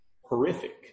horrific